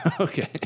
Okay